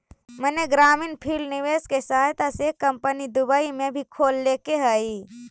मैंने green field निवेश के सहायता से एक कंपनी दुबई में भी खोल लेके हइ